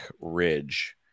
ridge